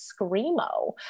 Screamo